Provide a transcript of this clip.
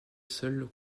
seul